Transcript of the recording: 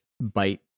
Bite